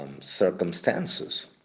circumstances